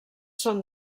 són